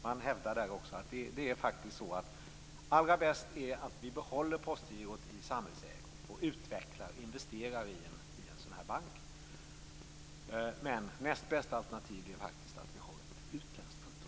Man hävdar också där att det allra bästa är att vi behåller Postgirot i samhällets ägo och utvecklar och investerar i en sådan här bank. Men det näst bästa alternativet är faktiskt att vi har ett utländskt företag.